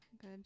good